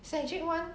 cedric one